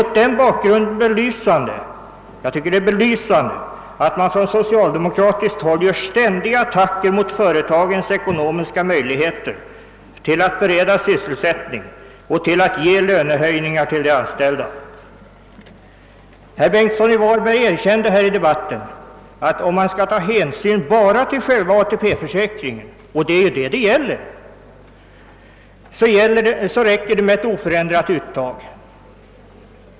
Jag tycker att det är belysande att man från socialdemokratiskt håll gör ständiga attacker mot företagens ekonomiska möjligheter att bereda sysselsättning och ge de anställda högre löner. Herr Bengtsson i Varberg erkände här i debatten att om man bara skall ta hänsyn till själva ATP-försäkringen — det är ju det det gäller — så räcker det med ett oförändrat uttag.